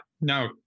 no